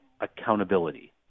accountability